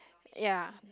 ya